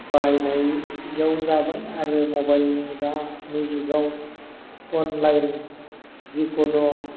बाहायनायाव जाबाय आरो मबाइलनि दानि जुगाव अनलाइन जिखुनु